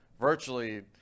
virtually –